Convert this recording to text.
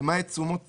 למעט תשומות ציוד,